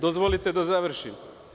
Dozvolite da završim.